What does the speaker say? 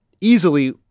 easily